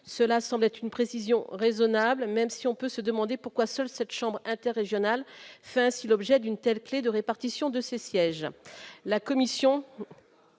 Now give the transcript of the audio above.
cela semble être une précision raisonnable, même si on peut se demander pourquoi seuls 7 chambres interrégionales fait ainsi l'objet d'une telle clé de répartition de ces sièges